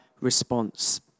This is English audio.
response